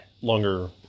longer